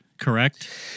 Correct